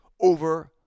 over